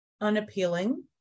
unappealing